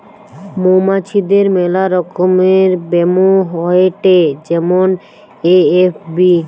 মৌমাছিদের মেলা রকমের ব্যামো হয়েটে যেমন এ.এফ.বি